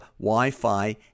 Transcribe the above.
Wi-Fi